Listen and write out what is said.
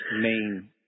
main